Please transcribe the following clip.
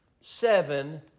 seven